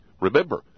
Remember